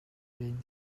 rain